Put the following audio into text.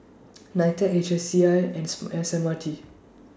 NITEC H C I and S M R T